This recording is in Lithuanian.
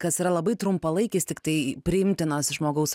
kas yra labai trumpalaikis tiktai priimtinas žmogaus